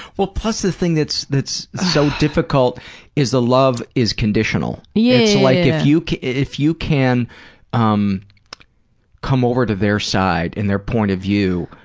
well, plus the thing that's that's so difficult is the love is conditional. yeah like if you if you can um come over to their side and their point of view,